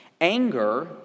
Anger